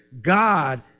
God